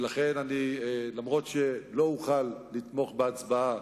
ולכן אף-על-פי שלא אוכל לתמוך בהצבעה